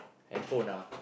and phone ah